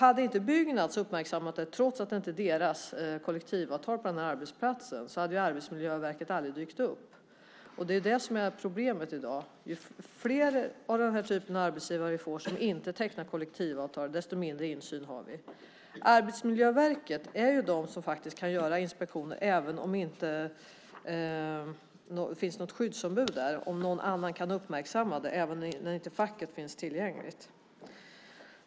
Om inte Byggnads hade uppmärksammat arbetsplatsen, trots att man inte har kollektivavtal på arbetsplatsen, hade Arbetsmiljöverket aldrig dykt upp. Det är det som är problemet i dag: Ju fler av den typen av arbetsgivare som inte tecknar kollektivavtal desto mindre insyn har vi. Arbetsmiljöverket kan göra inspektioner även om det inte finns något skyddsombud eller facket finns tillgängligt.